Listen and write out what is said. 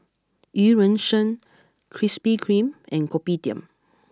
Eu Yan Sang Krispy Kreme and Kopitiam